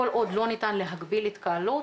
כל עוד לא ניתן להגביל התקהלות,